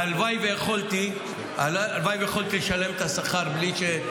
הלוואי שיכולתי לשלם את השכר בלי,